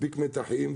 מספיק מתחים,